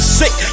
sick